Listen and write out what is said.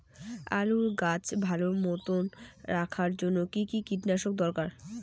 আলুর গাছ ভালো মতো রাখার জন্য কী কী কীটনাশক দরকার?